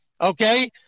Okay